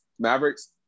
Mavericks